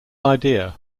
idea